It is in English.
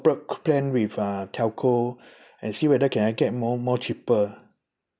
corporate plan with uh telco and see whether can I get more more cheaper